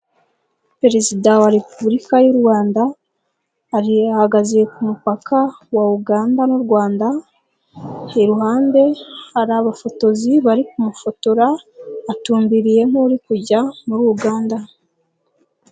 Perezida wa repubulika y'u Rwanda ari ahagaze ku mupaka wa Uganda n'u Rwanda, iruhande hari abafotozi bari kumufotora atumbiriye nk'uri kujya muri Uganda.